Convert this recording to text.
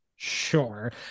sure